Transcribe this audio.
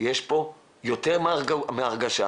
יש פה יותר מהרגשה,